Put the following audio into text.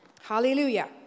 hallelujah